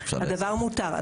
הדבר מותר.